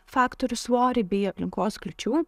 faktorių svorį bei aplinkos kliūčių